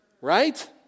Right